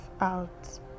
out